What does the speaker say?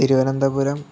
Thiruvananthapuram